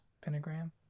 Pentagram